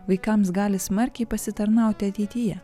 vaikams gali smarkiai pasitarnauti ateityje